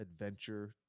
adventure